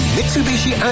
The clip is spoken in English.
Mitsubishi